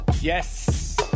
Yes